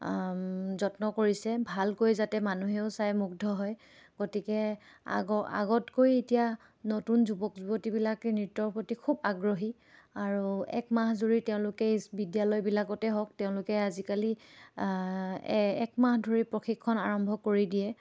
যত্ন কৰিছে ভালকৈ যাতে মানুহেও চাই মুগ্ধ হয় গতিকে আগ আগতকৈ এতিয়া নতুন যুৱক যুৱতীবিলাকে নৃত্যৰ প্ৰতি খুব আগ্ৰহী আৰু এক মাহ জুৰি তেওঁলোকে ইস্ বিদ্যালয়বিলাকতে হওক তেওঁলোকে আজিকালি এ এক মাহ ধৰি প্ৰশিক্ষণ আৰম্ভ কৰি দিয়ে